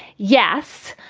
yes,